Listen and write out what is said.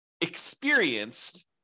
experienced